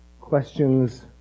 Questions